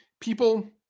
people